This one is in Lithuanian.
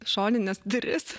šonines duris